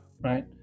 right